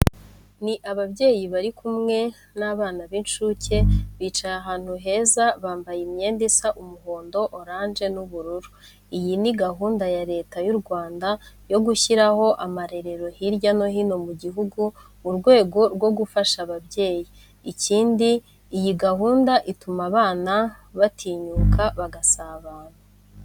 Ni ababyeyi bari kimwe n'abana b'incuke, bicaye ahantu heza bambaye imyenda isa umuhondo, orange n'ubururu. Iyi ni gahunda ya Leta y'u Rwanda yo gushyiraho amarerero hirya no hino mu gihugu mu rwego rwo gufasha ababyeyi. Ikindi iyi gahunda ituma bana batinyukana bagasabana.